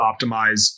optimize